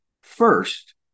First